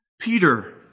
Peter